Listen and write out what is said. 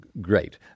great